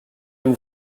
vous